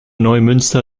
neumünster